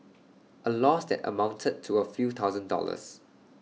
A loss that amounted to A few thousand dollars